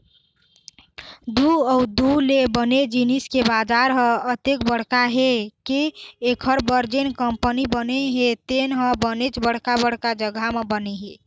दूद अउ दूद ले बने जिनिस के बजार ह अतेक बड़का हे के एखर बर जेन कंपनी बने हे तेन ह बनेच बड़का बड़का जघा म बने हे